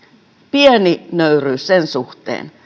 pieni nöyryys sen suhteen